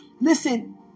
Listen